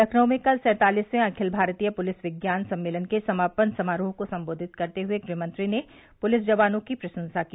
लखनऊ में कल सैंतालिसवें अखिल भारतीय पुलिस विज्ञान सम्मेलन के समापन समारोह को सम्बोधित करते हुए गृहमंत्री ने पुलिस जवानों की प्रशंसा की